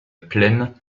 plaine